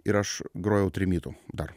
ir aš grojau trimitu dar